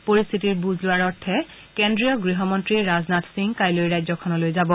পৰিস্থিতিৰ বুজ লোৱাৰ অৰ্থে কেন্দ্ৰীয় গৃহমন্ত্ৰী ৰাজনাথ সিং কাইলৈ ৰাজ্যখনলৈ যাব